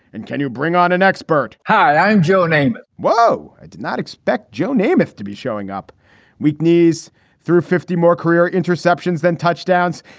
and can you bring on an expert? hi, i'm joe name. wow. i did not expect joe namath to be showing up weak knees through fifty more career interceptions than touchdowns.